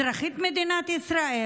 אזרחית מדינת ישראל,